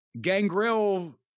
Gangrel